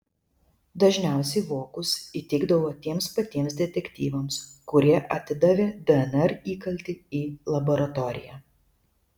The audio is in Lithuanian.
dažniausiai vokus įteikdavo tiems patiems detektyvams kurie atidavė dnr įkaltį į laboratoriją